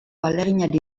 ahaleginari